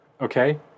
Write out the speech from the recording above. Okay